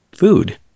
food